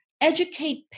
Educate